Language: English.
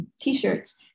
t-shirts